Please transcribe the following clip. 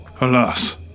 Alas